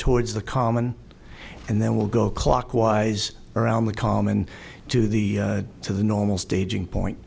towards the common and then we'll go clockwise around the common to the to the normal staging point